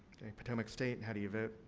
okay. potomac state, how do you vote?